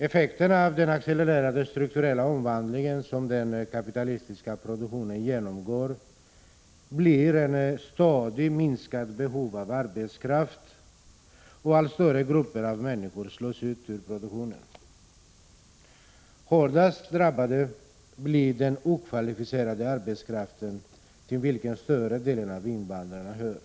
Effekterna av den accelererande strukturella omvandling som den kapitalistiska produktionen genomgår blir ett stadigt minskande behov av arbetskraft, och allt större grupper av människor slås ut ur produktionen. Hårdast drabbad blir den okvalificerade arbetskraften, till vilken större delen av invandrarna hör.